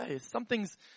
Something's